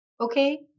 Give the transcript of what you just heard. okay